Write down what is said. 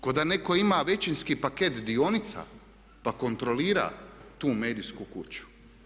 Kao da netko ima većinski paket dionica pa kontrolira tu medijsku kuću.